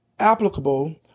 applicable